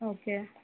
okay